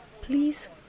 Please